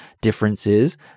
differences